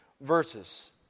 verses